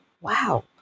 wow